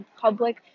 public